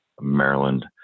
Maryland